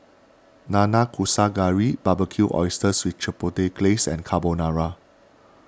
Nanakusa Gayu Barbecued Oysters with Chipotle Glaze and Carbonara